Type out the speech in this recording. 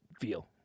feel